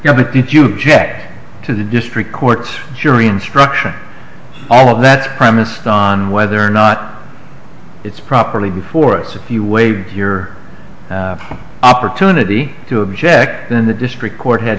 here but did you check to the district courts jury instructions all of that premised on whether or not it's properly before it's a few waves your opportunity to object and the district court had